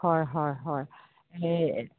হয় হয় হয় এই